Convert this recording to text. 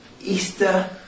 Easter